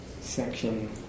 section